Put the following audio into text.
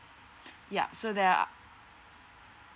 ya so there are